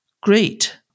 Great